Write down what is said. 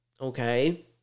okay